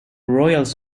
royals